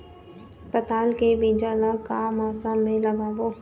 पताल के बीज ला का मौसम मे लगाबो?